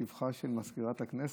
בשבחה של מזכירת הכנסת.